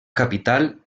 capital